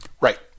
Right